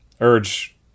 urge